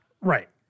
Right